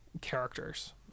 characters